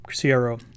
CRO